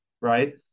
right